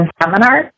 seminar